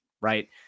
Right